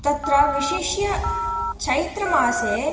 तत्र विशिष्य चैत्रमासे